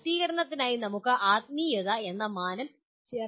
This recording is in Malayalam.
പൂർത്തീകരണത്തിനായി നമുക്ക് ആത്മീയത എന്ന ഈ മാനം ചേർക്കാൻ കഴിയും